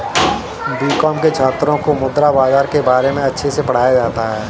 BCom के छात्रों को मुद्रा बाजार के बारे में अच्छे से पढ़ाया जाता है